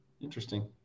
Interesting